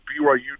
BYU